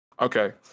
Okay